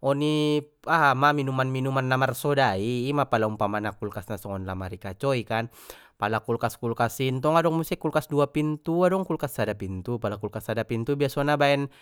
oni aha ma minuman minuman na mar sodai ima pala umpamana kulkas na songon lamari kacoi kan pala kulkas kulkas i ntong adong muse kulkas dua pintu adong kulkas sada pintu pala kulkas sada pintu biasona baen.